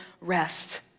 rest